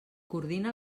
coordina